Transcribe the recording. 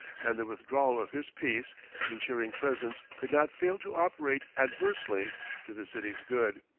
and the withdrawal of his peace insuring presence could not fail to operate adversely to the city's good.